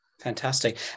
Fantastic